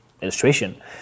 illustration